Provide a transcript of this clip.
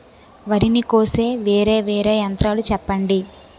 వరి ని కోసే వేరా వేరా యంత్రాలు చెప్పండి?